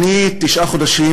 אני תשעה חודשים,